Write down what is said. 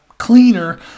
cleaner